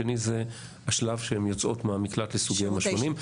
שני זה השלב שהן יוצאות מהמקלט לסוגיהם השונים.